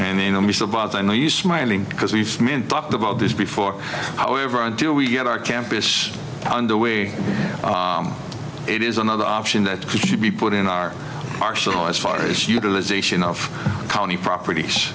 and they know me so i know you smiling because we've talked about this before however until we get our campus on the way it is another option that could be put in our arsenal as far as utilization of county propert